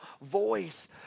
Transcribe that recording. voice